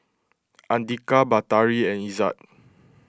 andika Batari and Izzat